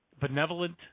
benevolent